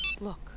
Look